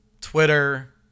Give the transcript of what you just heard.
Twitter